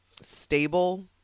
stable